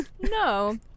No